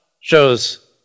shows